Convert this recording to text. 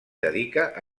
dedica